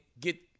get